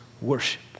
worship